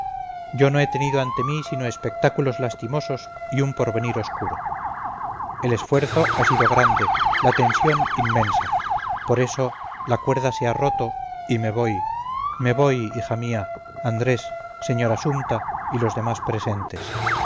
yo no he tenido ante mí sino espectáculos lastimosos y un porvenir oscuro el esfuerzo ha sido grande la tensión inmensa por eso la cuerda se ha roto y me voy me voy hija mía andrés señora sumta y demás presentes